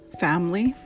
family